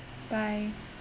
bye